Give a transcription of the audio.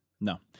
No